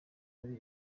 ari